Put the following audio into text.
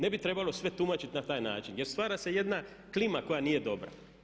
Ne bi trebalo sve tumačiti na taj način, jer stvara se jedna klima koja nije dobra.